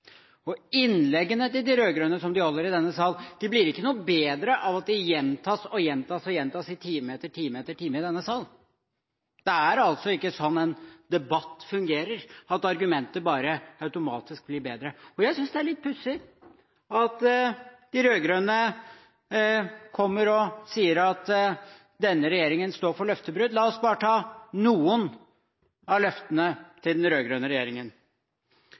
innleggene de holder, ikke blir noe bedre av at de gjentas og gjentas i time etter time i denne salen. Det er ikke slik en debatt fungerer – at argumenter automatisk bare blir bedre. Jeg synes det er litt pussig at de rød-grønne sier at denne regjeringen står for løftebrudd. La oss bare ta noen av løftene til den rød-grønne regjeringen.